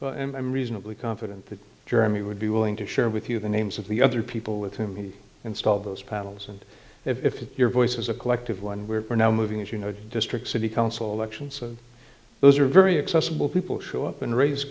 ok i'm reasonably confident that germany would be willing to share with you the names of the other people with whom you install those panels and if your voice is a collective one where we're now moving as you know district city council election so those are very acceptable people show up and raise